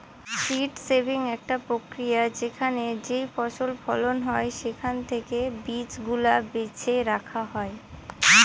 seed saving একটা প্রক্রিয়া যেখানে যেইফসল ফলন হয় সেখান থেকে বীজ গুলা বেছে রাখা হয়